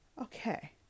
okay